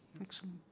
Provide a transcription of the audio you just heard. Excellent